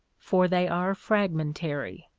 for they are fragmentary.